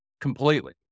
completely